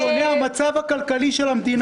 שונה המצב הכלכלי של המדינה.